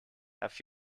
have